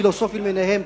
פילוסופים למיניהם,